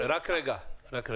רק רגע.